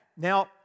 Now